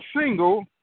single